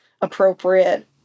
appropriate